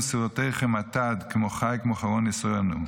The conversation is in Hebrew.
סירֹתיכם אָטָד כמו חי כמו חרון יִשְׂעָרֶנּוּ.